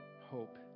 Hope